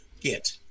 get